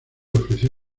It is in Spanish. ofreció